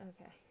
okay